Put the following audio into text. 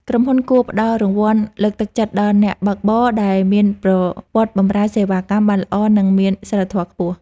ក្រុមហ៊ុនគួរផ្ដល់រង្វាន់លើកទឹកចិត្តដល់អ្នកបើកបរដែលមានប្រវត្តិបម្រើសេវាកម្មបានល្អនិងមានសីលធម៌ខ្ពស់។